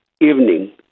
evening